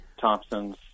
Thompson's